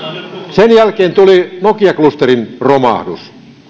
sen jälkeen tuli nokia klusterin romahdus